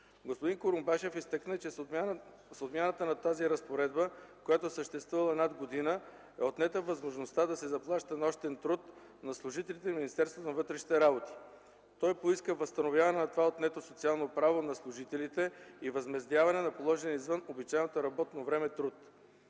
Господин Курумбашев изтъкна, че с отмяната на тази разпоредба, която е съществувала над година, е отнета възможността да се заплаща нощен труд на служителите в Министерство на вътрешните работи. Той поиска възстановяване на това отнето социално право на служителите и възмездяване на положения извън обичайното работно време труд.